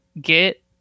get